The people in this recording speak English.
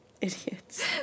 Idiots